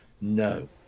No